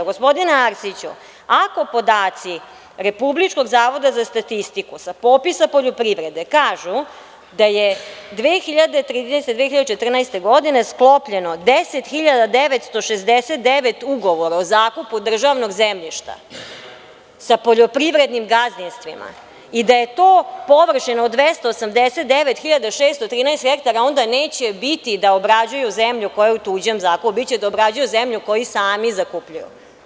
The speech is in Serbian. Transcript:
Gospodine Arsiću, ako podaci Republičkog zavoda za statistiku sa popisa poljoprivrede kažu da je 2013, 2014. godine sklopljeno 10.969 ugovora o zakupu državnog zemljišta sa poljoprivrednim gazdinstvima i da je to površina od 289.613 hektara, onda neće biti da obrađuju zemlju koja je u tuđem zakupu, već će biti da obrađuju zemlju koju sami zakupljuju.